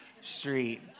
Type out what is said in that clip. street